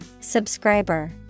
Subscriber